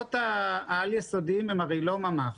המוסדות העל-יסודיים הם הרי לא ממ"ח.